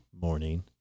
morning